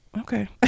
okay